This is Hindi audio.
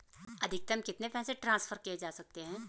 अधिकतम कितने पैसे ट्रांसफर किये जा सकते हैं?